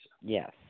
Yes